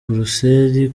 buruseli